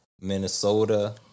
Minnesota